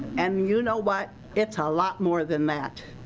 and you know what, it's a lot more than that.